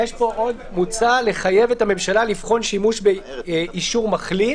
מוצע לחייב את הממשלה לבחון שימוש באישור מחלים,